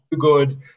good